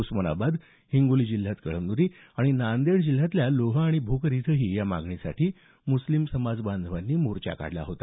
उस्मानाबाद हिंगोली जिल्ह्यात कळमनुरी आणि नांदेड जिल्ह्यातल्या लोहा आणि भोकर इथंही या मागणीसाठी मुस्लिम समाज बांधवांनी मोर्चा काढला होता